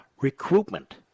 recruitment